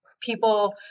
people